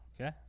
Okay